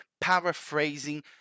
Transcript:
paraphrasing